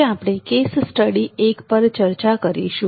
આજે આપણે case study 1 પર ચર્ચા કરીશું